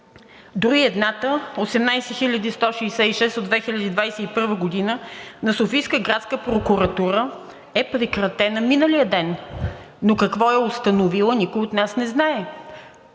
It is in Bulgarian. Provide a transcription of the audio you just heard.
Дори едната – 18 166 от 2021 г., на Софийската градска прокуратура, е прекратена миналия ден, но какво е установила, никой от нас не знае.